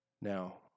Now